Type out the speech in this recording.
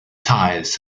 ties